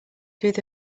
through